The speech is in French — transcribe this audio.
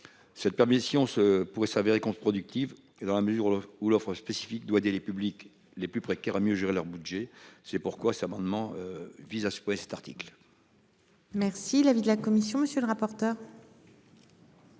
Cette permission ce pourrait s'avérer contre-productive et dans la mesure où l'offre spécifique doit des les publics les plus précaires à mieux gérer leur budget. C'est pourquoi s'amendement vise à supprimer cet article. Merci l'avis de la commission. Monsieur le rapporteur.